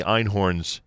Einhorn's